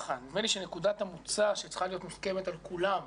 שנקודת המוצא שצריכה להיות מוסכמת על כולם,